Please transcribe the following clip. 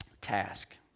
task